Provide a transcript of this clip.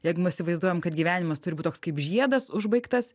jeigu mes įsivaizduojam kad gyvenimas turi būt toks kaip žiedas užbaigtas